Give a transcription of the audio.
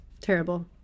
terrible